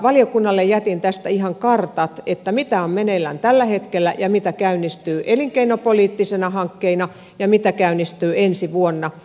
valiokunnalle jätin tästä ihan kartat mitä on meneillään tällä hetkellä mitä käynnistyy elinkeinopoliittisina hankkeina ja mitä käynnistyy ensi vuonna